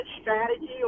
strategy